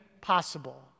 possible